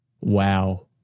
Wow